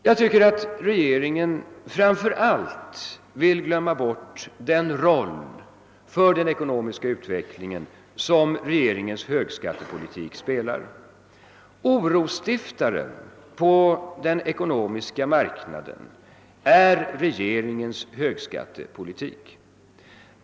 Jag tycker att regeringen framför allt synes vilja glömma bort den roll för den ekonomiska utvecklingen, som regeringens högskattepolitik spelar. Orosstiftaren på den ekonomiska marknaden är regeringens högskattepolitik.